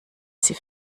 sie